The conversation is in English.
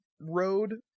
road